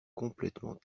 complètement